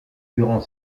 durant